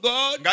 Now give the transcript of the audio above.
God